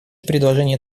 предложения